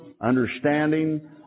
understanding